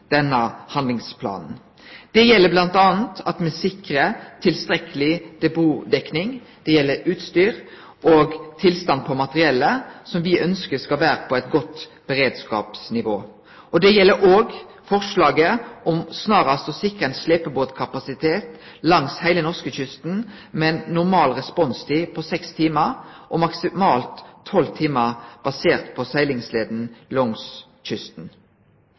denne handlingsplanen. Det gjeld bl.a. at me sikrar tilstrekkeleg depotdekning, det gjeld utstyr og tilstand på materiellet, som vi ønskjer skal sikre eit godt beredskapsnivå. Det gjeld òg forslaget om snarast å sikre ein slepebåtkapasitet langs heile norskekysten med ei normal responstid på seks timar, og maksimalt tolv timar basert på seglingsleia langs kysten.